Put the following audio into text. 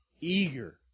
eager